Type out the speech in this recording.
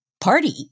party